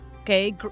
okay